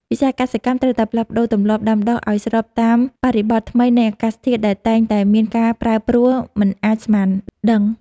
វិស័យកសិកម្មត្រូវតែផ្លាស់ប្តូរទម្លាប់ដាំដុះឱ្យស្របតាមបរិបទថ្មីនៃអាកាសធាតុដែលតែងតែមានការប្រែប្រួលមិនអាចស្មានដឹង។